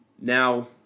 Now